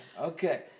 Okay